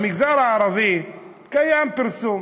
במגזר הערבי קיים פרסום,